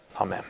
Amen